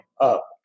up